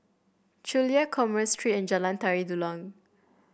Chulia Commerce Street and Jalan Tari Dulang